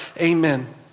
amen